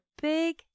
big